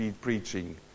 preaching